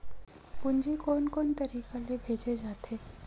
पूंजी कोन कोन तरीका ले भेजे जाथे?